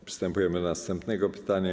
Przystępujemy do następnego pytania.